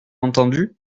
entendu